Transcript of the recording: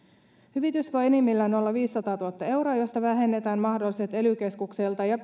hyvitys voi enimmillään olla viisisataatuhatta euroa josta vähennetään mahdolliset ely keskukselta ja